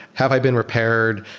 have i been repaired?